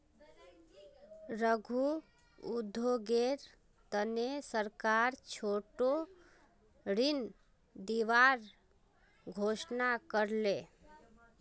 लघु उद्योगेर तने सरकार छोटो ऋण दिबार घोषणा कर ले